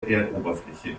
erdoberfläche